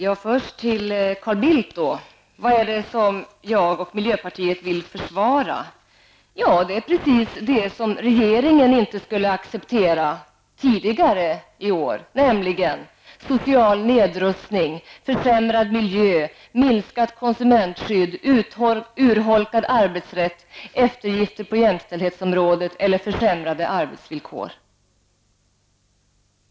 Herr talman! Carl Bildt frågar vad det är som jag och miljöpartiet vill försvara. Jo, det är precis det som regeringen inte kunde acceptera tidigare i år nämligen social nedrustning, försämrad miljö, minskat konsumentskydd, urholkad arbetsrätt, eftergifter på jämställdhetsområdet eller försämrade arbetsvillkor.